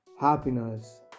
happiness